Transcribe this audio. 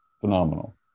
Phenomenal